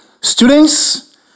Students